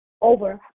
over